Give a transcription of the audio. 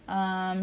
um